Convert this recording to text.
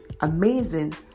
amazing